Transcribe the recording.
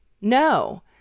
no